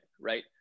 Right